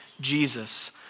Jesus